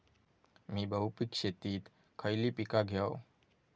मी बहुपिक शेतीत खयली पीका घेव?